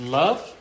love